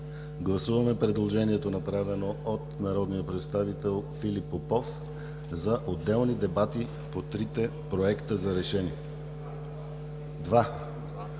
Гласуваме предложението направено от народния представител Филип Попов за отделни дебати по трите проекта за решение…(Реплики.)